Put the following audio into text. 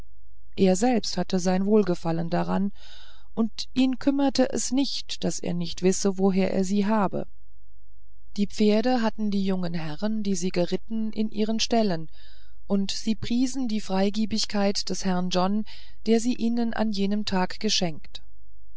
er selbst hatte sein wohlgefallen daran und ihn kümmerte es nicht daß er nicht wisse woher er sie habe die pferde hatten die jungen herren die sie geritten in ihren ställen und sie priesen die freigebigkeit des herrn john der sie ihnen an jenem tage geschenkt